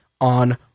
on